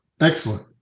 Excellent